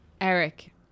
Eric